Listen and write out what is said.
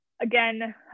again